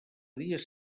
dies